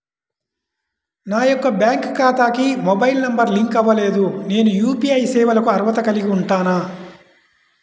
నా యొక్క బ్యాంక్ ఖాతాకి మొబైల్ నంబర్ లింక్ అవ్వలేదు నేను యూ.పీ.ఐ సేవలకు అర్హత కలిగి ఉంటానా?